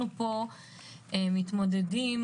אנחנו מתמודדים